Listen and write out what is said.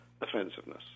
offensiveness